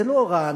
זה לא רעננה,